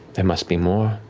there must be more